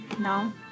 No